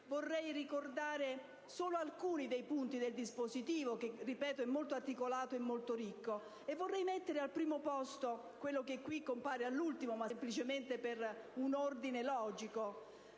ricordare solo alcuni punti del dispositivo, che è molto articolato e ricco. Vorrei mettere al primo posto quello che qui compare all'ultimo semplicemente per un ordine logico.